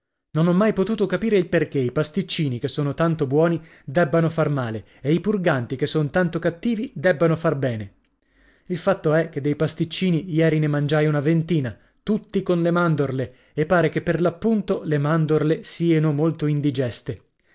non ho mai potuto capire il perché i pasticcini che sono tanto buoni debbano far male e i purganti che son tanto cattivi debbano far bene il fatto è che dei pasticcini ieri ne mangiai una ventina tutti con le mandorle e pare che per l'appunto le mandorle sieno molto indigeste